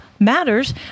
matters